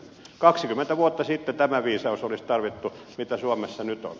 kaksikymmentä vuotta sitten tämä viisaus olisi tarvittu mitä suomessa nyt on